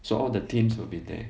so all the teams will be there